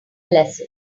lesson